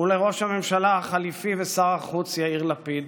לראש הממשלה החליפי ושר החוץ יאיר לפיד